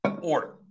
order